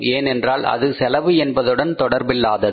ஏனென்றால் அது செலவு என்பதுடன் தொடர்பில்லாதது